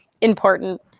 important